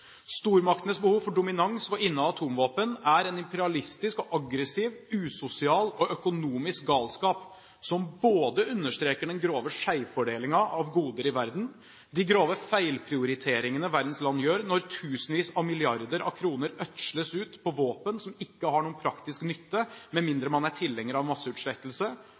Stormaktenes behov for dominans ved å inneha atomvåpen er en imperialistisk, aggressiv, usosial og økonomisk galskap som understreker både den grove skeivfordelingen av goder i verden, de grove feilprioriteringene verdens land gjør når tusenvis av milliarder kroner ødsles ut på våpen som ikke har noen praktisk nytte – med mindre man er tilhenger av masseutslettelse